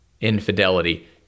infidelity